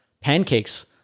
pancakes